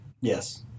yes